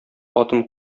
атын